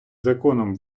законом